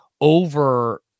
over